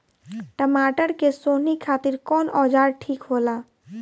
टमाटर के सोहनी खातिर कौन औजार ठीक होला?